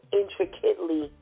intricately